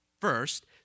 First